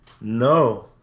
No